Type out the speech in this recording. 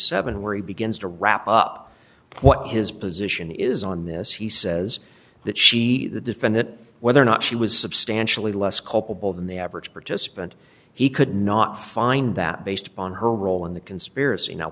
seven where he begins to wrap up what his position is on this he says that she the defendant whether or not she was substantially less culpable than the average participant he could not find that based upon her role in the conspiracy now